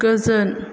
गोजोन